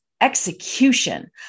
execution